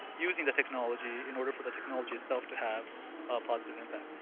using the technology in order for the technology itself to have a positive impact.